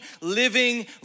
living